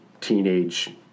teenage